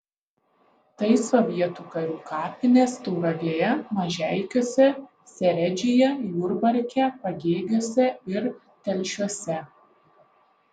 tai sovietų karių kapinės tauragėje mažeikiuose seredžiuje jurbarke pagėgiuose ir telšiuose